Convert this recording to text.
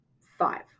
five